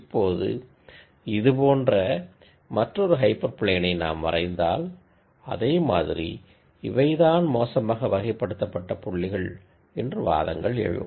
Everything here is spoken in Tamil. இப்போது இது போன்ற மற்றொரு ஹைப்பர் பிளேனை நாம் வரைந்தால் அதேமாதிரி இவைதான் மோசமாக கிளாஸ்ஸிஃபை செய்யப்பட்ட பாயிண்ட்டுகள் என்று வாதங்கள் எழும்